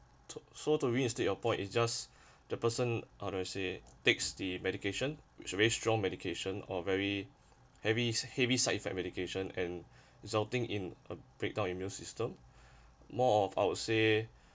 so to reinstate your point is just the person how do I say takes the medication which very strong medication or very heavy heavy side effect medication and resulting in a breakdown immune system more of I would say